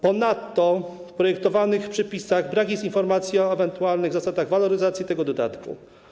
Ponadto w projektowanych przepisach brak jest informacji o ewentualnych zasadach waloryzacji tego dodatku.